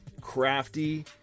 crafty